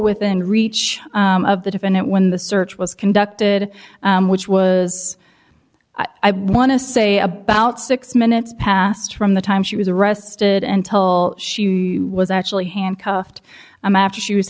within reach of the defendant when the search was conducted which was i want to say about six minutes past from the time she was arrested until she was actually handcuffed him after she was